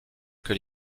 que